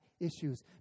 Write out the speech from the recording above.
issues